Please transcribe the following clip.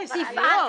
להסית נגד קהילה שלמה.